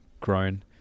grown